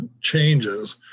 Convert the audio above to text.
changes